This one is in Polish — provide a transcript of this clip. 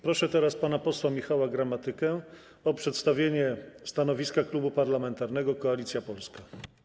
Proszę teraz pana posła Michała Gramatykę o przedstawienie stanowiska Klubu Parlamentarnego Koalicja Polska.